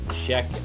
check